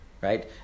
right